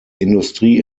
industrie